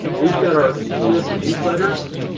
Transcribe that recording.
we've got our elist newsletters.